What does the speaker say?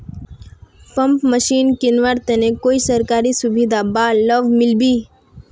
Pump machine किनवार तने कोई सरकारी सुविधा बा लव मिल्बी?